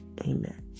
Amen